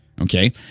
Okay